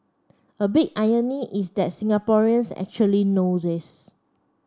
a big irony is that Singaporeans actually know this